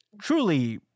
truly